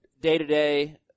day-to-day